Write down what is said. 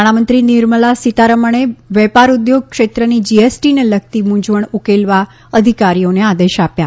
નાણાંમંત્રી નિર્મલા સીતારમણે વેપાર ઉદ્યોગ ક્ષેત્રની જીએસટીને લગતી મુંઝવણ ઉકેલવા અધિકારીઓને આદેશ આપ્યા